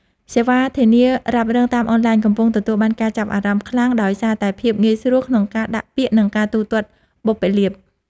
សេវាធានារ៉ាប់រងតាមអនឡាញកំពុងទទួលបានការចាប់អារម្មណ៍ខ្លាំងដោយសារតែភាពងាយស្រួលក្នុងការដាក់ពាក្យនិងការទូទាត់បុព្វលាភ។